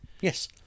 Yes